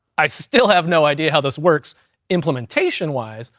i still have no idea how this works implementation-wise,